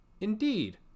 Indeed